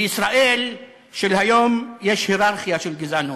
בישראל של היום יש הייררכיה של גזענות.